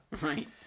right